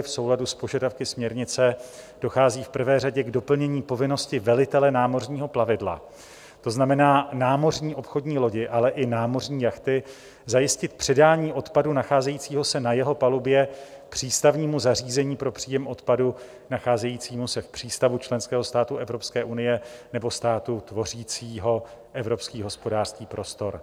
V souladu s požadavky směrnice dochází v prvé řadě k doplnění povinnosti velitele námořního plavidla, to znamená námořní obchodní lodi, ale i námořní jachty, zajistit předání odpadu nacházejícího se na jeho palubě přístavnímu zařízení pro příjem odpadu nacházejícímu se v přístavu členského státu Evropské unie nebo státu tvořícího Evropský hospodářský prostor.